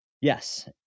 Yes